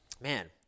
Man